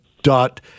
dot